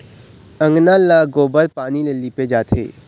अंगना ल गोबर पानी ले लिपे जाथे